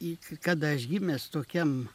iki kad aš gimęs tokiam